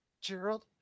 Gerald